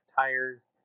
tires